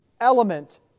element